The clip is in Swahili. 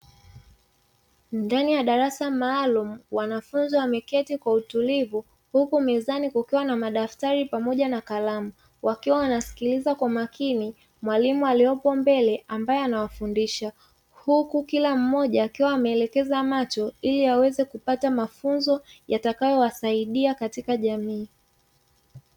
Ndani ya darasa maalumu, wanafunzi wameketi kwa utulivu, huku mezani kukiwa na madaftari pamoja na kalamu, wakiwa wanasikiliza kwa makini mwalimu aliyepo mbele ambae anawafundisha. Huku kila mmoja akiwa ameelekeza macho ili aweze kupata mafunzo yatakayowasaidia katika jamii.